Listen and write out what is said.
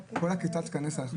כל הכיתה תיכנס לבידוד?